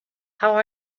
how